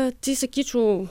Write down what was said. tai sakyčiau